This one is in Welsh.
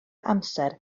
amser